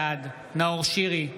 בעד נאור שירי,